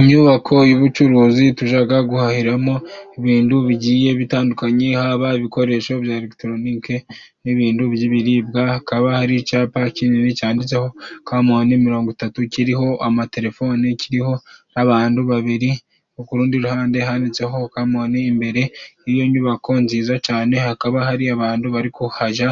Inyubako y'ubucuruzi tujya guhahiramo ibintu bigiye bitandukanye haba ibikoresho bya elegitoronike nibindu by'ibiribwa hakaba hari icapa kinini cyanditseho kamoni mirongo itatu kiriho amatelefoni kiriho n'abantu babiri ku rundi ruhande handitseho kamoni, imbere y'iyo nyubako nziza cyane hakaba hari abantu bari ku hajya